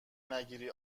نگیری